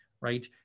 right